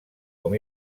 com